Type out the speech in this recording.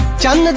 jump